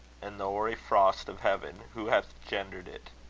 and the hoary frost of heaven, who hath gendered it?